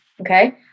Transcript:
Okay